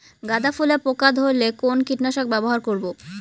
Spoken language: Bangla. গাদা ফুলে পোকা ধরলে কোন কীটনাশক ব্যবহার করব?